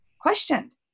questioned